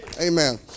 Amen